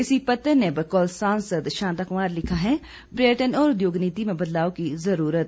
इसी पत्र ने बकौल सांसद शांता कुमार लिखा है पर्यटन और उद्योग नीति में बदलाव की जरूरत